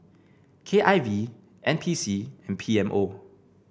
K I V N P C and P M O